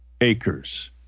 acres